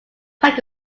pack